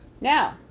Now